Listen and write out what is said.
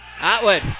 Atwood